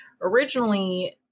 originally